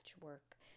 work